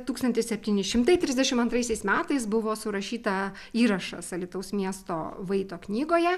tūkstantis septyni šimtai trisdešimt antraisiais metais buvo surašyta įrašas alytaus miesto vaito knygoje